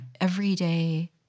everyday